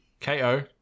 ko